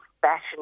fashion